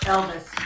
Elvis